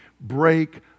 break